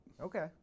Okay